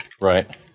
Right